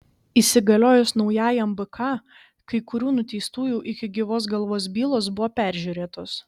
įsigaliojus naujajam bk kai kurių nuteistųjų iki gyvos galvos bylos buvo peržiūrėtos